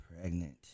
pregnant